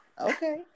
okay